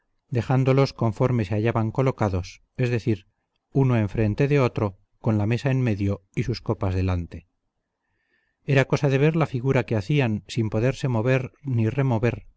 dejándolos conforme se hallaban colocados es decir uno enfrente de otro con la mesa en medio y sus copas delante era cosa de ver la figura que hacían sin poderse mover ni remover